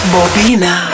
Bobina